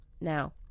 Now